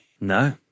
No